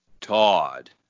Todd